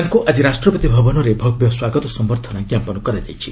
ତାଙ୍କୁ ଆଜି ରାଷ୍ଟ୍ରପତି ଭବନରେ ଭବ୍ୟ ସ୍ୱାଗତ ସମ୍ଭର୍ଦ୍ଧନା ଜ୍ଞାପନ କରାଯାଇଛି